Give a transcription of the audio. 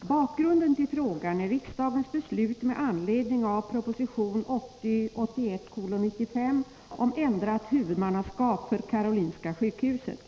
Bakgrunden till frågan är riksdagens beslut med anledning av proposition 1980/81:95 om ändrat huvudmannaskap för Karolinska sjukhuset.